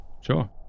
Sure